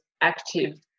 active